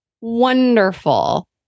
wonderful